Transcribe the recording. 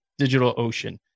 DigitalOcean